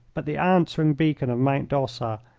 but the answering beacon of mount d'ossa,